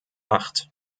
acht